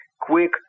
quick